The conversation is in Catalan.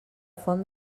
font